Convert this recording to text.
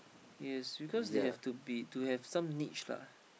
yes because they have to be to have some niche lah